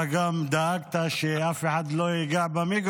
כן, כן.